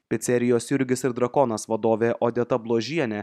picerijos jurgis ir drakonas vadovė odeta bložienė